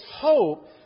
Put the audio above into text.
hope